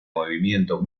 movimiento